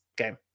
Okay